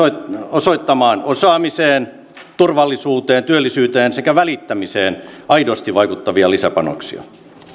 osoittamaan osaamiseen turvallisuuteen työllisyyteen sekä välittämiseen aidosti vaikuttavia lisäpanoksia